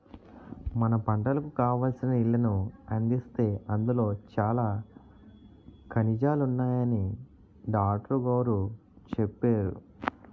మన పంటలకు కావాల్సిన నీళ్ళను అందిస్తే అందులో చాలా ఖనిజాలున్నాయని డాట్రుగోరు చెప్పేరు